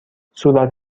صورت